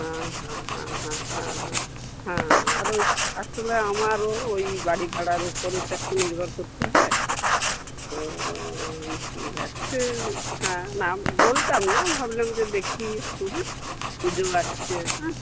হ্যাঁ হ্যাঁ হ্যাঁ হ্যাঁ হ্যাঁ হ্যাঁ হ্যাঁ আরে আসলে আমারও ওই বাড়ি ভাড়ার ওপরে একটু নির্ভর করতে হয় তো ঠিক আছে হ্যাঁ না বলতাম না ভাবলাম যে দেখি একটু হ্যাঁ পুজো আসছে হ্যাঁ